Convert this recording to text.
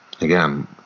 again